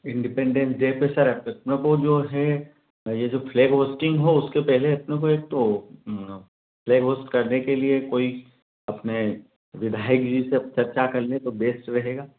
independence day पर sir जो है यह जो फ्लैग होस्टिंग हो उसके पहले अपने को एक तो फ्लैग होस्ट करने के लिए कोई अपने विधायक जी से चर्चा कर लें तो बेस्ट रहेगा